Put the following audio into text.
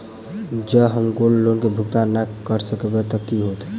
जँ हम gold loan केँ भुगतान न करऽ सकबै तऽ की होत?